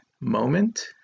moment